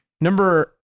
Number